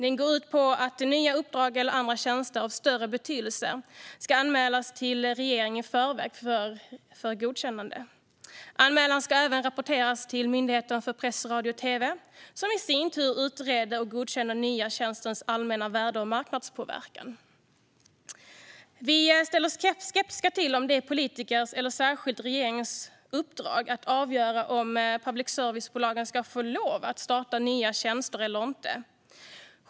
Den går ut på att nya uppdrag eller andra tjänster av större betydelse ska anmälas till regeringen i förväg för godkännande. Anmälan ska även rapporteras till Myndigheten för press, radio och tv, som i sin tur utreder och godkänner den nya tjänstens allmänna värde och marknadspåverkan. Vi ställer oss skeptiska till om det är politikers och särskilt regeringens uppdrag att avgöra om public service-bolagen ska få lov att starta nya tjänster eller inte.